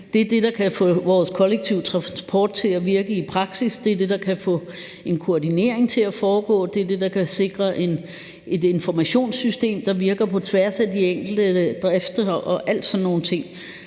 Det er det, der kan få vores kollektive transport til at virke i praksis. Det er det, der kan få en koordinering til at foregå. Det er det, der kan sikre et informationssystem, der virker på tværs af de enkelte driftsområder og alle sådan nogle ting.